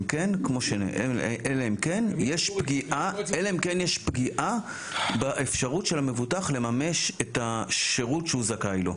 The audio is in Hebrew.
כן יש פגיעה באפשרות של המבוטח לממש את השירות שהוא זכאי לו.